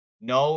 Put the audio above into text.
No